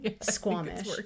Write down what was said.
Squamish